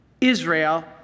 Israel